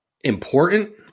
important